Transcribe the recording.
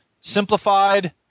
simplified